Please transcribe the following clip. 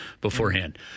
beforehand